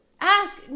Ask